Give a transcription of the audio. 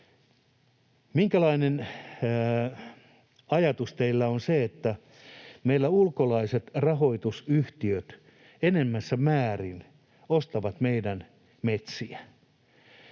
minkälainen ajatus teillä on siitä, että meillä ulkolaiset rahoitusyhtiöt enenevässä määrin ostavat meidän metsiämme?